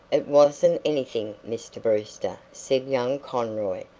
it wasn't anything, mr. brewster, said young conroy.